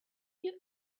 you